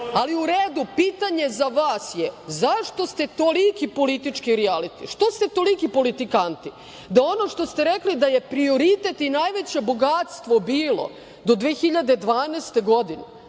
ali u redu. pitanje za vas – zašto ste toliki politički rijaliti? Što ste toliki politikanti? Ono što ste rekli da je prioritet i najveće bogatstvo bilo do 2012. godine,